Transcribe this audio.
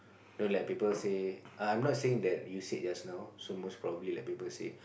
know like people say uh I'm not saying that you said just now so most probably like people say